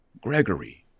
Gregory